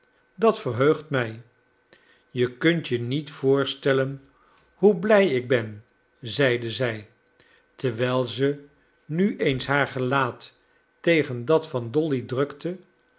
dat verheugt mij je kunt je niet voorstellen hoe blij ik ben zeide zij terwijl ze nu eens haar gelaat tegen dat van dolly drukte